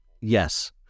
Yes